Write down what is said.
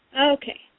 Okay